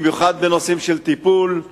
במיוחד בנושאים של טיפול,